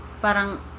Parang